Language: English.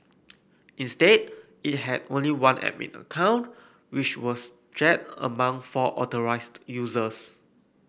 instead it had only one admin account which was shared among four authorised users